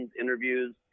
interviews